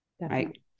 Right